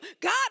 God